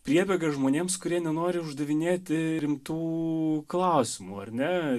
priebėga žmonėms kurie nenori uždavinėti rimtų klausimų ar ne